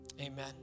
Amen